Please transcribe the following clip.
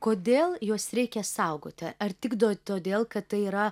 kodėl juos reikia saugoti ar tik todėl kad tai yra